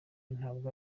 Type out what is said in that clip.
ntabwo